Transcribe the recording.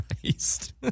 Christ